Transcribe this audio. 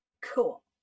Cool